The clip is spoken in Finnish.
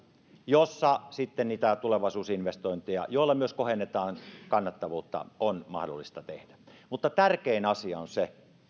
jossa sitten niitä tulevaisuusinvestointeja joilla myös kohennetaan kannattavuutta on mahdollista tehdä mutta tärkein asia on se